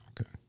Okay